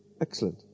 Excellent